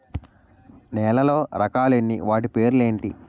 నేలలో రకాలు ఎన్ని వాటి పేర్లు ఏంటి?